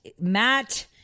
Matt